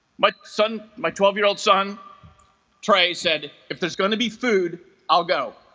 but son my twelve year old son trey said if there's going to be food i'll go